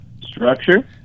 Structure